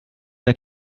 der